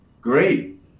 great